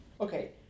Okay